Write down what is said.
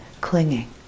clinging